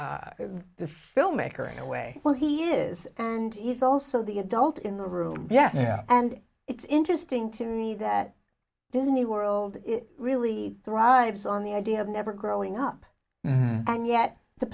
the filmmaker in a way well he is and he's also the adult in the room yeah yeah and it's interesting to me that disney world really thrives on the idea of never growing up and yet the